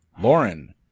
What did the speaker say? Lauren